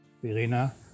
Verena